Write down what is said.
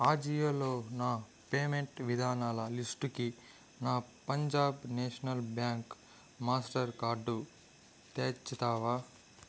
ఆజియోలో నా పేమెంట్ విధానాల లిస్టుకి నా Punjab National Bank Mastercard చేర్చుతావా